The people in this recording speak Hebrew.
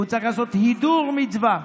הוא צריך לעשות הידור מצווה,